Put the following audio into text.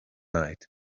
night